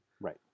Right